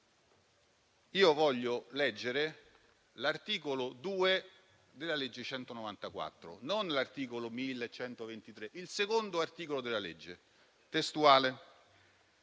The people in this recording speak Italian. Io voglio leggere l'articolo 2 della legge n. 194, non l'articolo 1.123, il secondo articolo della legge. Tale